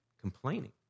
complaining